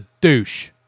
douche